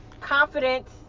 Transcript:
confidence